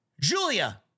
Julia